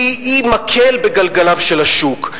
היא מקל בגלגליו של השוק.